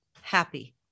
happy